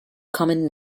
common